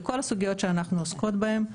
לכל הסוגיות שאנחנו עוסקות בהן.